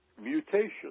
mutation